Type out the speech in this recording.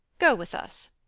go with us